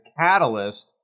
catalyst